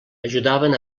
ajudaven